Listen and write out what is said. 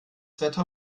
wetter